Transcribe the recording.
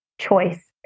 choice